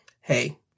Hey